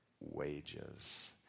wages